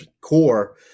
core